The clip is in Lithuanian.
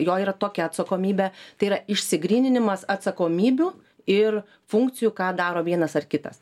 jo yra tokia atsakomybė tai yra išsigryninimas atsakomybių ir funkcijų ką daro vienas ar kitas